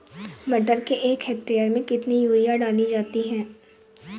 मटर के एक हेक्टेयर में कितनी यूरिया डाली जाए?